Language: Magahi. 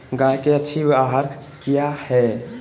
गाय के अच्छी आहार किया है?